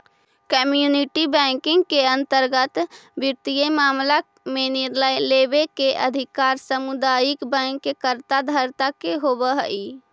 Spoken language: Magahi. कम्युनिटी बैंकिंग के अंतर्गत वित्तीय मामला में निर्णय लेवे के अधिकार सामुदायिक बैंक के कर्ता धर्ता के होवऽ हइ